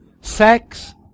sex